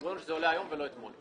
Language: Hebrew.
אמרו לנו שזה עולה היום ולא אתמול.